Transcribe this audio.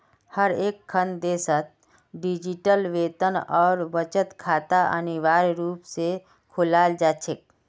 हर एकखन देशत डिजिटल वेतन और बचत खाता अनिवार्य रूप से खोलाल जा छेक